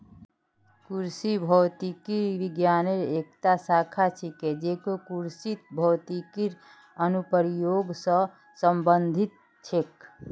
कृषि भौतिकी विज्ञानेर एकता शाखा छिके जेको कृषित भौतिकीर अनुप्रयोग स संबंधित छेक